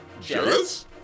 jealous